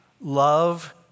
Love